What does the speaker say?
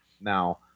Now